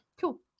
Cool